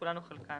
כולן או חלקן.